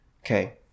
Okay